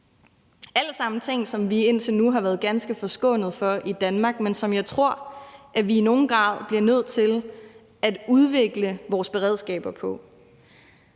alt sammen ting, som vi indtil nu har været ganske forskånet for i Danmark, men som jeg tror vi i nogen grad bliver nødt til at udvikle vores beredskaber på.